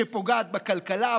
שפוגעת בכלכלה,